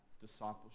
discipleship